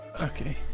okay